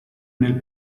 nel